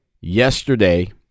yesterday